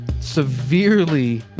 severely